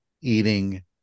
eating